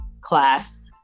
class